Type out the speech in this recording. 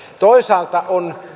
toisaalta on